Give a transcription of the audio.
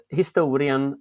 historien